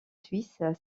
suisses